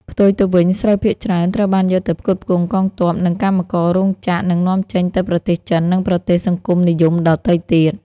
ផ្ទុយទៅវិញ ស្រូវភាគច្រើនត្រូវបានយកទៅផ្គត់ផ្គង់កងទ័ព និងកម្មកររោងចក្រនិងនាំចេញទៅប្រទេសចិន និងប្រទេសសង្គមនិយមដទៃទៀត ។